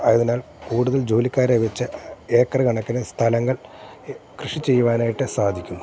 ആയതിനാൽ കൂടുതൽ ജോലിക്കാരെ വെച്ച് ഏക്കറ് കണക്കിന് സ്ഥലങ്ങൾ കൃഷി ചെയ്യുവാനായിട്ട് സാധിക്കുന്നു